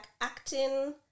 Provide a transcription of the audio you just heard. acting